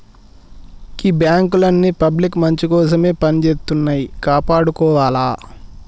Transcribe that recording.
గీ బాంకులన్నీ పబ్లిక్ మంచికోసమే పనిజేత్తన్నయ్, కాపాడుకోవాల